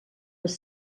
les